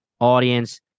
audience